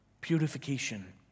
purification